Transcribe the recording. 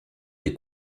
des